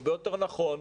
הרבה יותר נכון.